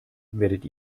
werdet